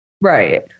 right